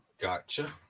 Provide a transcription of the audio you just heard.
gotcha